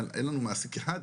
אין לנו מעסיק אחד,